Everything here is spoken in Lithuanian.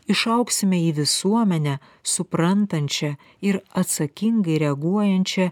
išaugsime į visuomenę suprantančią ir atsakingai reaguojančią